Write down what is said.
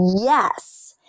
Yes